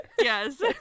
yes